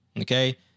okay